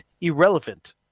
irrelevant